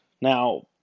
Now